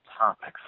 topics